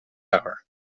power